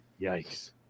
yikes